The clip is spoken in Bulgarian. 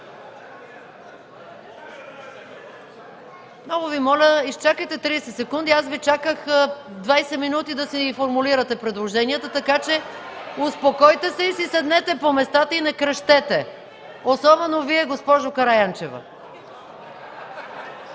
Много Ви моля, изчакайте 30 секунди. Аз Ви чаках 20 минути, за да си формулирате предложенията. Така че успокойте се, седнете си по местата и не крещете! Особено Вие, госпожо Караянчева!